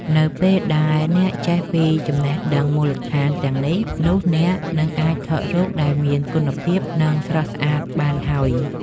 នៅពេលដែលអ្នកចេះពីចំណេះដឹងមូលដ្ឋានទាំងនេះ នោះអ្នកនឹងអាចថត់រូបដែលមានគុណភាព និងស្រស់ស្អាតបានហើយ។